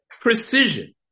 precision